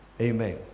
amen